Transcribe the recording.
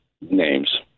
names